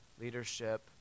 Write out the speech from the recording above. Leadership